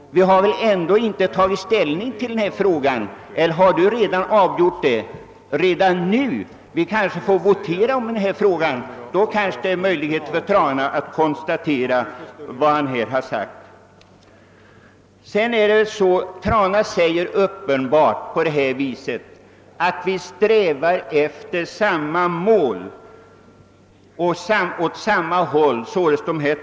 Vi har ändå inte tagit ställning till detta problem, eller har herr Trana löst det redan nu? Vi kanske får lov att votera i denna fråga. Då har herr Trana möjlighet att få bekräftat vad han här har sagt. Herr Trana erkänner uppenbarligen att dessa två jägarförbund strävar mot samma mål.